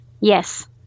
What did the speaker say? yes